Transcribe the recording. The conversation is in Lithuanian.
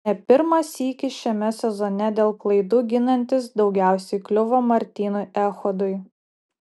ne pirmą sykį šiame sezone dėl klaidų ginantis daugiausiai kliuvo martynui echodui